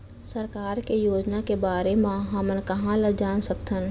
सरकार के योजना के बारे म हमन कहाँ ल जान सकथन?